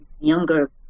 younger